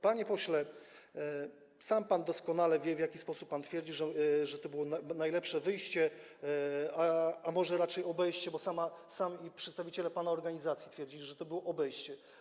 Panie pośle, sam pan doskonale wie, sam pan twierdzi, że to byłoby najlepsze wyjście, a może raczej obejście, bo sami przedstawiciele pana organizacji twierdzili, że to było obejście.